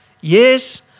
Yes